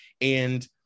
And-